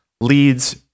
leads